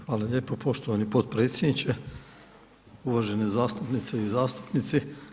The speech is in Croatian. Hvala lijepo poštovani potpredsjedniče, uvažene zastupnice i zastupnici.